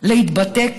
להתבטא כך,